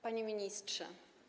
Panie Ministrze!